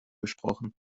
gesprochen